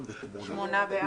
שמונה.